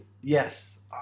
Yes